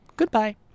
Goodbye